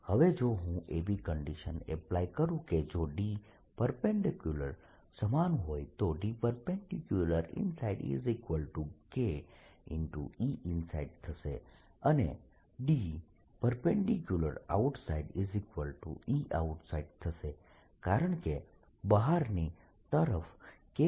હવે જો હું એવી કન્ડીશન એપ્લાય કરું કે જો D સમાન હોય તો D insideK થશે અને D outsideEoutside થશે કારણકે બહારની તરફ K1 છે